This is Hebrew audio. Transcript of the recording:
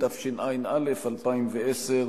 התשע"א 2010‏,